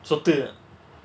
சொத்து:sothu